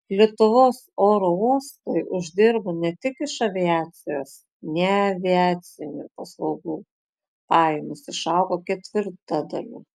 lietuvos oro uostai uždirba ne tik iš aviacijos neaviacinių paslaugų pajamos išaugo ketvirtadaliu